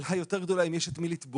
השאלה היותר גדולה היא אם יש את מי לתבוע